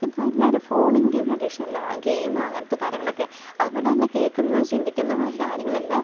ഇപ്പം എല്ലാവരും ഫോണിൻ്റെ ഒരഡിക്ഷനിലാണ് ഗെയിം അങ്ങനത്തെ കാര്യങ്ങളൊക്കെ അതു പോലെ തന്നെ കേൾക്കുന്നതും ചിന്തിക്കുന്നതുമായ കാര്യങ്ങളെല്ലാം